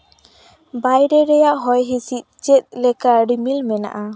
ᱵᱟᱭᱨᱮ ᱨᱮᱭᱟᱜ ᱦᱚᱭ ᱦᱤᱸᱥᱤᱫ ᱪᱮᱫ ᱞᱮᱠᱟ ᱨᱤᱢᱤᱞ ᱢᱮᱱᱟᱜᱼᱟ